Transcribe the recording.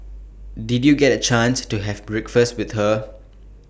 did you get A chance to have breakfast with her